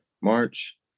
march